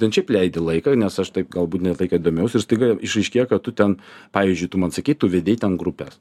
ten šiaip leidi laiką nes aš taip galbūt ne tai kad domėjaus ir staiga išaiškėja kad tu ten pavyzdžiui tu man sakei tu vedei ten grupes